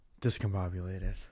discombobulated